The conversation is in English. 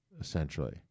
essentially